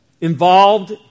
involved